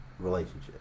Relationship